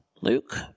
Luke